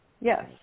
Yes